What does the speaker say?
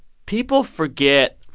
people forget,